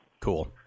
Cool